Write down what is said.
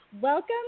welcome